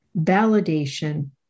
validation